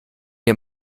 ihr